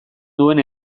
duen